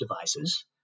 devices